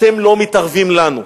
אתם לא מתערבים לנו.